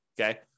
okay